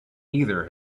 either